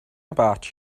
about